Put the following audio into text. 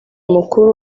mukuru